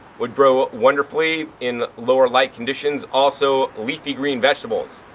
would grow wonderfully in lower light conditions. also leafy green vegetables.